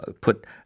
put